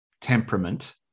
temperament